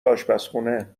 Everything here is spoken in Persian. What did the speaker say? اشپزخونه